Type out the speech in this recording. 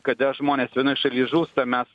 kada žmonės vienoj šaly žūsta mes